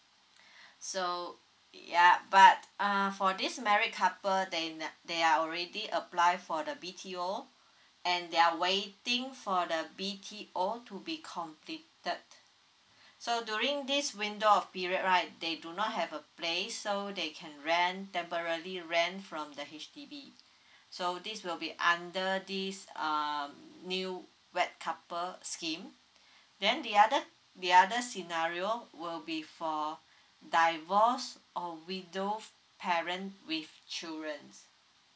so ya but err for this married couple they're they are already apply for the B_T_O and they are waiting for the B_T_O to be completed so during this window of period right they do not have a place so they can rent temporary rent from the H_D_B so this will be under this um new wed couple scheme then the other the other scenario will be for divorce or widow parent with children